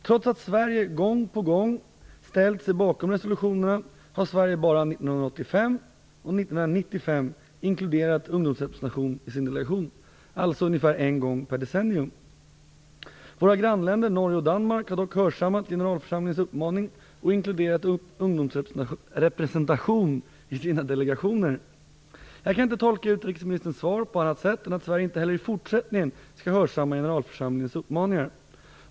Trots att Sverige gång på gång ställt sig bakom resolutionerna har Sverige bara 1985 och 1995 inkluderat ungdomsrepresentation i sin delegation, alltså en gång per decennium. Våra grannländer Norge och Danmark har dock hörsammat generalförsamlingens uppmaning och inkluderat ungdomsrepresentation i sina delegationer. Jag kan inte tolka utrikesministerns svar på annat sätt än att Sverige inte heller i fortsättningen skall hörsamma generalförsamlingens uppmaningar.